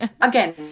again